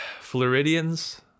Floridians